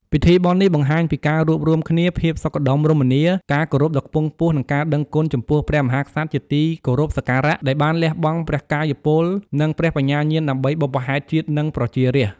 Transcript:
ពីធីបុណ្យនេះបង្ហាញពី ការរួបរួមគ្នា ភាពសុខដុមរមនា ការគោរពដ៏ខ្ពង់ខ្ពស់ និងការដឹងគុណ ចំពោះព្រះមហាក្សត្រជាទីគោរពសក្ការៈ ដែលបានលះបង់ព្រះកាយពល និងព្រះបញ្ញាញាណដើម្បីបុព្វហេតុជាតិ និងប្រជារាស្ត្រ។